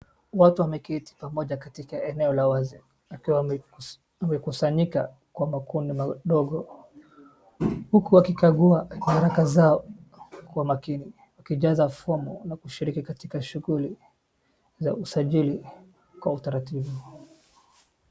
Watu wameketi pamoja katika eneo la wazi wakiwa wamekusanyika kwa makundi mandogo huku wakikagua nyaraka zao kwa makini wakijaza fomu na kushiriki katika shughuli za usajili kwa utaratibu.